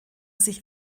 sich